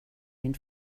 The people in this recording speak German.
den